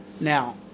now